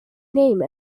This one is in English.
name